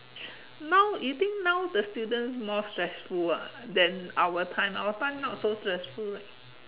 now you think now the student more stressful ah than our time our time not so stressful right